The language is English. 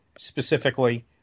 specifically